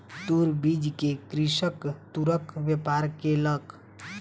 तूर बीछ के कृषक तूरक व्यापार केलक